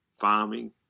farming